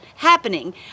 Happening